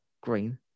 green